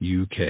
UK